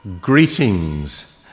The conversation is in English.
Greetings